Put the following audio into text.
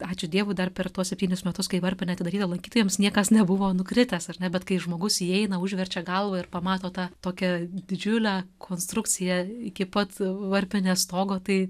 ačiū dievui dar per tuos septynis metus kai varpinė atidaryta lankytojams niekas nebuvo nukritęs ar ne bet kai žmogus įeina užverčia galvą ir pamato tą tokią didžiulę konstrukciją iki pat varpinės stogo tai